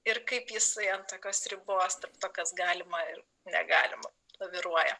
ir kaip jisai ant tokios ribos tarp to kas galima ir negalima laviruoja